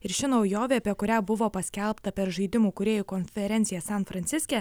ir ši naujovė apie kurią buvo paskelbta per žaidimų kūrėjų konferenciją san franciske